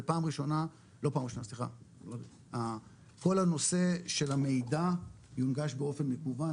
כל נושא של המידע יונגש באופן מקוון,